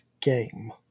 game